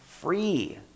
free